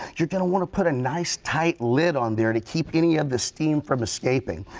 you're going to want to put a nice, tight lid on there to keep any of the steam from escaping.